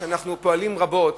ואנחנו פועלים רבות